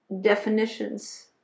definitions